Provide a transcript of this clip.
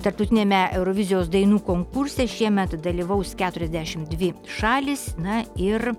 tarptautiniame eurovizijos dainų konkurse šiemet dalyvaus keturiasdešimt dvi šalys na ir